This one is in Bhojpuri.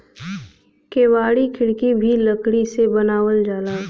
केवाड़ी खिड़की भी लकड़ी से बनावल जाला